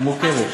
היא מורכבת.